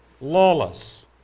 lawless